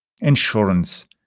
insurance